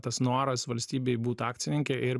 tas noras valstybei būt akcininke ir